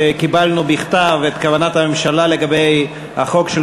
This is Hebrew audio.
קיבלנו בכתב את כוונת הממשלה לגבי החוק של